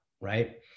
right